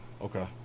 Okay